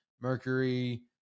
Mercury